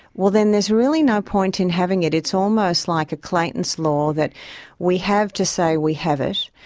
well then there's really no point in having it. it's almost like a clayton's law that we have to say we have it.